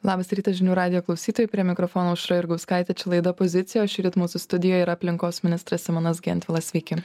labas rytas žinių radijo klausytojai prie mikrofono aušra jurgauskaitė čia laida pozicija o šįryt mūsų studijoje yra aplinkos ministras simonas gentvilas sveiki